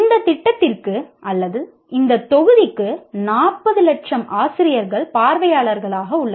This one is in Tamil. இந்த திட்டத்திற்கு இந்த தொகுதிக்கு 40 லட்சம் ஆசிரியர்கள் பார்வையாளர்களாக உள்ளனர்